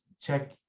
check